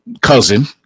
cousin